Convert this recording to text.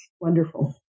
Wonderful